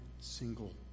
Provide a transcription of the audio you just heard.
single